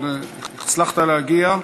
הצלחת להגיע.